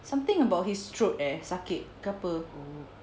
something about his throat eh sakit ke apa